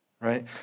right